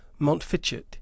montfichet